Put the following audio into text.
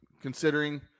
considering